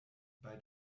bei